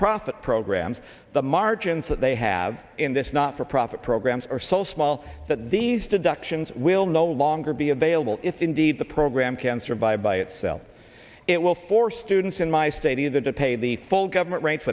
profit programs the margins that they have in this not for profit programs are so small that these deductions will no longer be available if indeed the program can survive by itself it will force students in my state either to pay the full government rates